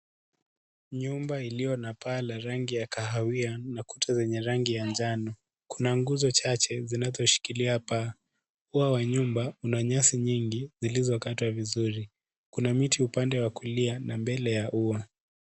Nyumba iliyonapaa la rangi ya kahawia na kuta zenye rangi ya njano. Kuna nguzo chache zinazoshikilia paa. Ua wa nyumba una nyasi nyingi zilizokatwa vizuri. Kuna miti upande wa kulia na mbele ya ua.